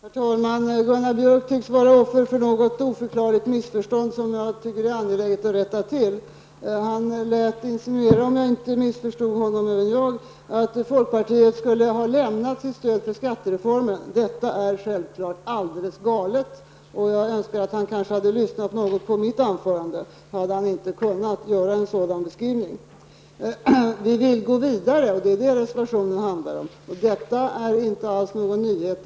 Herr talman! Gunnar Björk tycks vara offer för något oförklarligt missförstånd som jag tycker att det är angeläget att rätta till. Han insinuerade, om jag förstod honom rätt, att folkpartiet skulle ha övergett sitt stöd till skattereformen. Det är självfallet alldeles galet. Jag önskar att han hade lyssnat något på mitt anförande. Då hade han inte kunnat göra en sådan beskrivning. Vi vill gå vidare. Det är det som reservationen handlar om. Detta är inte alls någon nyhet.